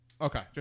Okay